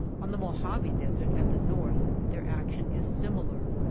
on the mojave desert at the north their action is similar,